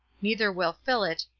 neither will fill it,